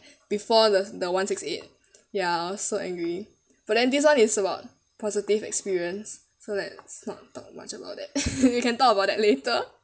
before the the one six eight ya so angry but then this one is about positive experience so let's not talk much about that we can talk about that later